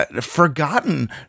Forgotten